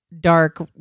dark